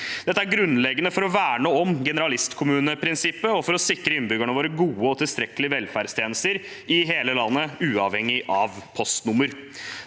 Dette er grunnleggende for å verne om generalistkommuneprinsippet og for å sikre innbyggerne våre gode og tilstrekkelige velferdstjenester i hele landet, uavhengig av postnummer.